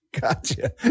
Gotcha